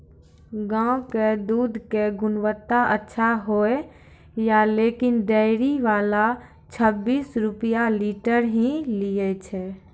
गांव के दूध के गुणवत्ता अच्छा होय या लेकिन डेयरी वाला छब्बीस रुपिया लीटर ही लेय छै?